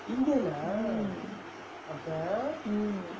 mm